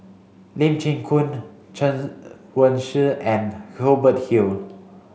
Lee Chin Koon Chen Wen Hsi and Hubert Hill